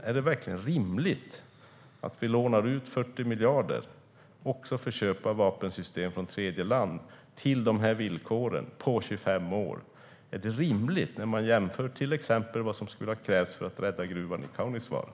Är det verkligen rimligt att vi lånar ut 40 miljarder för köp av vapensystem från tredje land till sådana villkor på 25 år om man jämför med vad det till exempel skulle ha krävts för att rädda gruvan i Kaunisvaara?